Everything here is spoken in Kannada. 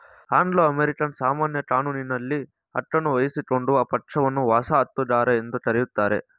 ಅಂಗ್ಲೋ ಅಮೇರಿಕನ್ ಸಾಮಾನ್ಯ ಕಾನೂನಿನಲ್ಲಿ ಹಕ್ಕನ್ನು ವಹಿಸಿಕೊಡುವ ಪಕ್ಷವನ್ನ ವಸಾಹತುಗಾರ ಎಂದು ಕರೆಯುತ್ತಾರೆ